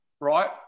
right